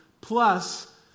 plus